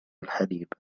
الحليب